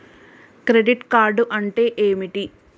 Credit card అంటే ఏమిటి?